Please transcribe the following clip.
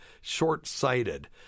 short-sighted